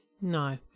No